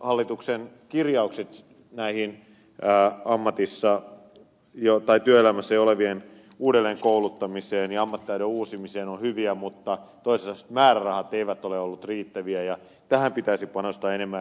hallituksen kirjaukset työelämässä jo olevien uudelleenkouluttamiseen ja ammattitaidon uusimiseen ovat hyviä mutta toistaiseksi määrärahat eivät ole olleet riittäviä ja tähän pitäisi panostaa enemmän